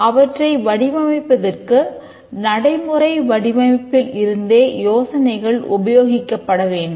அவற்றை வடிவமைப்பதற்கு நடைமுறை வடிவமைப்பில் இருந்தே யோசனைகள் உபயோகிக்கப்பட வேண்டும்